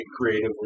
creatively